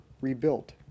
rebuilt